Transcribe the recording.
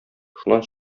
шуннан